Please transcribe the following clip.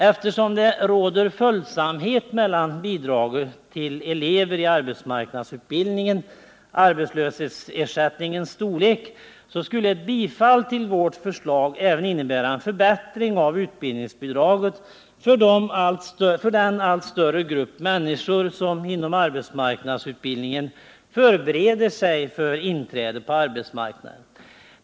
Eftersom det råder följsamhet mellan bidraget till elever i arbetsmarknadsutbildningen och arbetslöshetsersättningens storlek, skulle ett bifall till vårt förslag även innebära en förbättring av utbildningsbidraget för den allt större grupp människor som inom arbetsmarknadsutbildningen förbereder sig för inträde på arbetsmarknaden.